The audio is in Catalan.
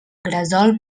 gresol